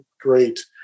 Great